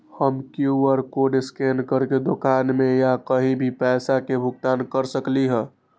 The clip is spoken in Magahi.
हम कियु.आर कोड स्कैन करके दुकान में या कहीं भी पैसा के भुगतान कर सकली ह?